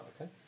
Okay